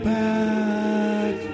back